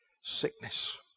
sickness